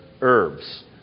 herbs